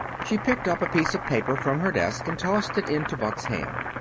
she picked up a piece of paper from her desk and tossed it into buck's hand.